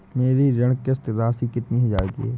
मेरी ऋण किश्त राशि कितनी हजार की है?